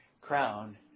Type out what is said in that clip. crown